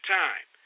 time